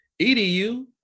EDU